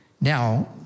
Now